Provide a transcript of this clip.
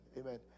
Amen